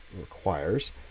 requires